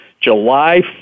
July